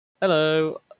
Hello